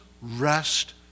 rest